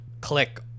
click